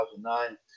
2009